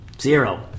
Zero